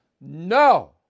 No